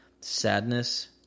sadness